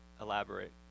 elaborate